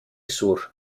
sur